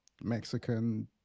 Mexican